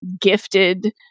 gifted